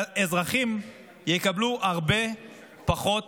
והאזרחים יקבלו הרבה פחות